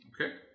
Okay